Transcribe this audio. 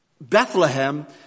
Bethlehem